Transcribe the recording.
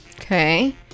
Okay